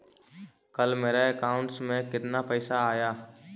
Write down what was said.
कल मेरा अकाउंटस में कितना पैसा आया ऊ?